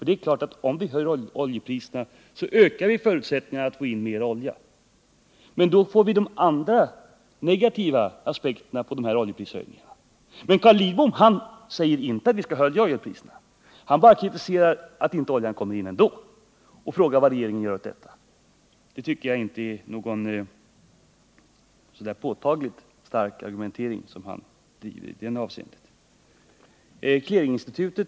Det är klart att vi förbättrar förutsättningarna att få in mera olja om vi höjer oljepriserna. Men då får vi de andra negativa aspekterna på dessa oljeprishöjningar. Men Carl Lidbom säger inte att vi skall höja oljepriserna. Han bara kritiserar att oljan inte kommer in och frågar vad regeringen gör åt detta. Jag tycker inte att det är någon påtagligt stark argumentering han bedriver i detta avseende.